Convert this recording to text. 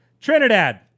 Trinidad